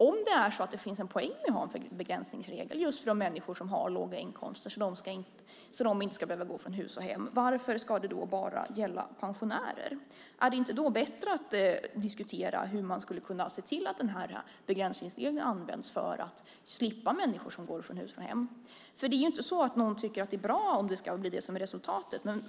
Om det finns en poäng med att ha en begränsningsregel just för de människor som har låga inkomster, så att de inte ska behöva gå från hus och hem, varför ska det då bara gälla pensionärer? Är det inte bättre att diskutera hur man skulle kunna se till att begränsningsregeln används för att människor ska slippa gå från hus och hem? Det är ju inte så att någon tycker att det är bra att det blir resultatet.